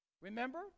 Remember